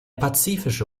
pazifische